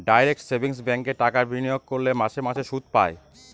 direct savings ব্যাঙ্কে টাকা বিনিয়োগ করলে মাসে মাসে সুদ পায়